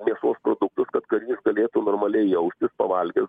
mėsos produktus kad karys galėtų normaliai jaustis pavalgęs